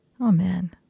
amen